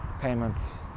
payments